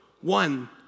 one